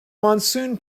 monsoon